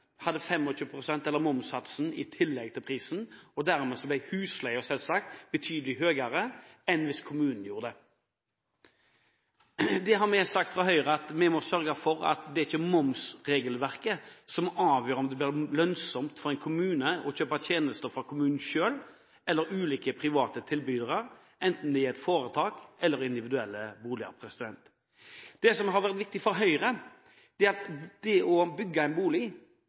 hadde 25 pst., eller momssatsen, i tillegg til prisen. Dermed ble selvsagt husleien betydelig høyere enn hvis kommunen gjorde det. Vi i Høyre har sagt at vi må sørge for at det ikke er momsregelverket som skal avgjøre om det blir lønnsomt for en kommune å kjøpe tjenester fra kommunen selv eller ulike private tilbydere, enten det er foretak eller individuelle boliger. Det som har vært viktig for Høyre, er å understreke at når man bygger en bolig